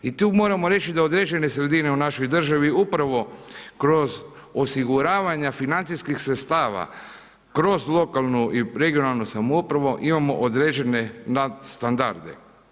I tu moramo reći da određene sredine u našoj državi upravo kroz osiguravanja financijskih sredstava, kroz lokalnu i regionalnu samoupravu imamo određene nad standarde.